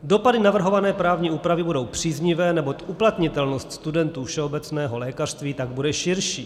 Dopady navrhované právní úpravy budou příznivé, neboť uplatnitelnost studentů všeobecného lékařství tak bude širší.